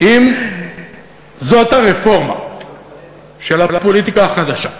אם זאת הרפורמה של הפוליטיקה החדשה,